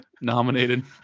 nominated